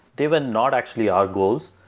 they were not actually our goals.